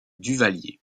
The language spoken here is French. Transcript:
duvalier